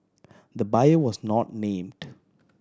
the buyer was not named